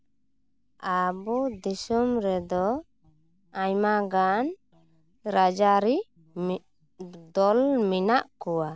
ᱟᱵᱚ ᱫᱤᱥᱚᱢ ᱨᱮᱫᱚ ᱟᱭᱢᱟ ᱜᱟᱱ ᱨᱟᱡᱽᱼᱟᱹᱨᱤ ᱢᱤᱫ ᱫᱚᱞ ᱢᱮᱱᱟᱜ ᱠᱚᱣᱟ